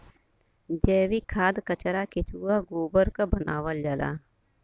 जैविक खाद कचरा केचुआ गोबर क बनावल जाला